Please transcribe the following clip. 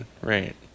right